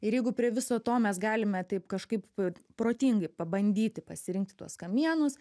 ir jeigu prie viso to mes galime taip kažkaip protingai pabandyti pasirinkti tuos kamienus